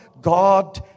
God